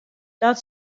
dat